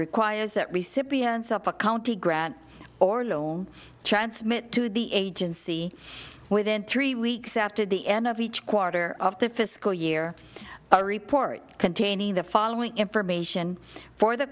requires that recipients of a county grant or loan transmit to the agency within three weeks after the end of each quarter of the fiscal year a report containing the following information for the